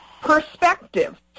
perspective